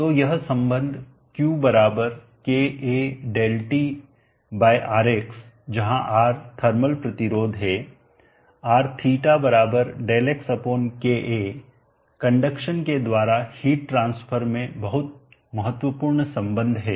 तो यह संबंध q kA ΔT Rx जहां R थर्मल प्रतिरोध हे Rθ Δ x kA कंडक्शन के द्वारा हिट ट्रांसफर में बहुत महत्वपूर्ण संबंध है